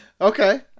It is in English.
Okay